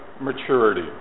maturity